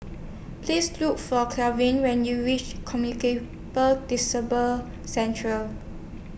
Please Look For when YOU REACH Disease Centre